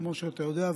כמו שאתה יודע,